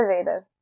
Innovative